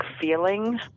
feeling